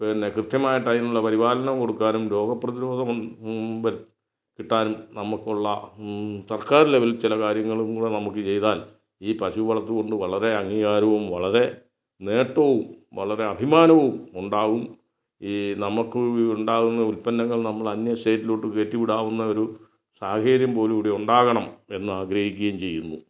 പിന്നെ കൃത്യമായിട്ടതിനുള്ള പരിപാലനം കൊടുക്കാനും രോഗ പ്രതിരോധവും വരു കിട്ടാൻ നമുക്കുള്ള സർക്കാർ ലെവൽ ചില കാര്യങ്ങളും കൂടെ നമുക്ക് ചെയ്താൽ ഈ പശു വളർത്തൽ വളരെ അംഗീകാരവും വളരെ നേട്ടവും വളരെ അഭിമാനവും ഉണ്ടാകും ഈ നമുക്ക് ഉണ്ടാകുന്ന ഉത്പ്പന്നങ്ങൾ നമ്മൾ അന്യ സ്റ്റേറ്റിലോട്ട് കയറ്റിവിടാവുന്ന ഒരു സാഹചര്യം പോലും ഇവിടെ ഉണ്ടാകണം എന്നാഗ്രഹിക്കുകയും ചെയ്യുന്നു